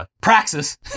praxis